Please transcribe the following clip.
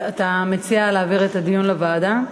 אתה מציע להעביר את הדיון לוועדה?